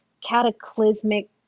cataclysmic